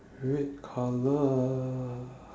red colour